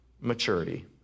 maturity